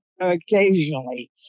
occasionally